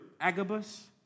Agabus